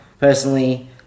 Personally